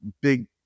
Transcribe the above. big